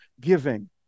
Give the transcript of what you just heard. giving